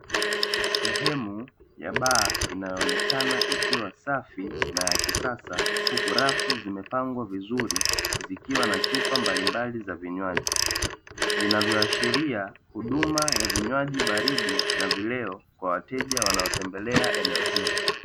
Sehemu ya baa inayoonekana ikiwa safi na ya kisasa huku rafu zimepangwa vizuri zikiwa na chupa mbalimbali za vinywaji, vinavyoashiria huduma ya vinywaji baridi na vileo kwa wateja wanaotembelea eneo hilo.